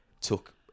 took